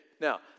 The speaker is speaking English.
Now